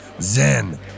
zen